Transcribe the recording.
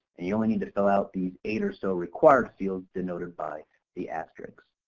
and you only need to fill out the eight or so required fields denoted by the asterisks.